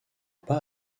pas